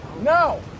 No